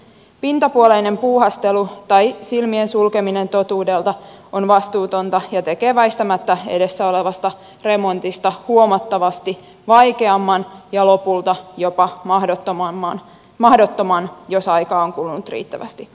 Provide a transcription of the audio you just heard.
pintapuoleinen puuhastelu tai silmien sulkeminen totuudelta on vastuutonta ja tekee väistämättä edessä olevasta remontista huomattavasti vaikeamman ja lopulta jopa mahdottoman jos aikaa on kulunut riittävästi